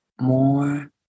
more